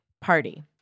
party